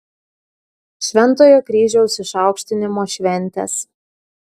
šventojo kryžiaus išaukštinimo šventės